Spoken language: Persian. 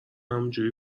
همینجوری